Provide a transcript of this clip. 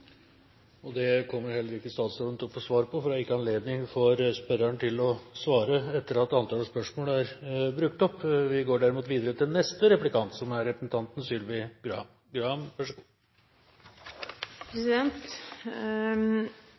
Det kommer heller ikke statsråden til å få svar på, for det er ikke anledning for spørreren til å svare etter at antallet spørsmål er brukt opp. Vi går videre til neste replikant, som er representanten Sylvi Graham.